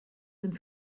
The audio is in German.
sind